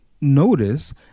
notice